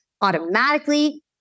automatically